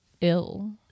ill